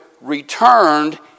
returned